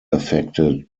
affected